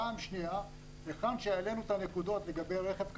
פעם שנייה, היכן שהעלינו את הנקודות לגבי רכב כבד,